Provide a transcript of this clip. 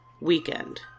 weekend